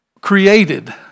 created